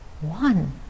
one